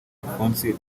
alphonse